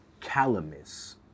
calamus